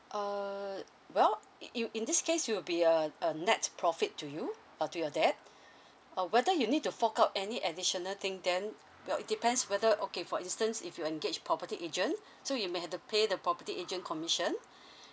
uh well in in in this case it'll be a a net profit to you uh to your dad uh whether you need to fork out any additional thing then well it depends whether okay for instance if you engage property agent so you may have to pay the property agent commission